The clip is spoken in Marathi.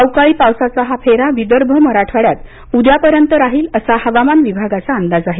अवकाळी पावसाचा हा फेरा विदर्भ मराठवाड्यात उद्या पर्यंत राहील असा हवामान विभागाचा अंदाज आहे